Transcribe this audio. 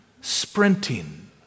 sprinting